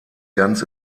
ganz